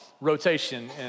rotation